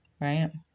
right